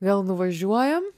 vėl nuvažiuojam